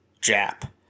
Jap